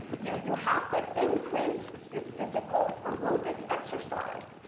you you have to increase you physical aerobic exercise.